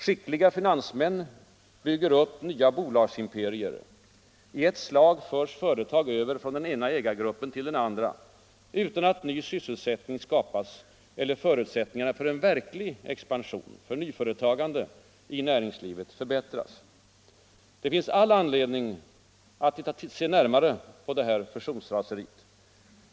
Skickliga finansmän bygger upp nya bolagsimperier. I ett slag förs företag över från den ena ägargruppen till den andra utan att ny sysselsättning skapas eller förutsättningarna för verklig expansion och nyföretagande i vårt näringsliv förbättras. Det finns all anledning att se närmare på det här fusionsraseriet.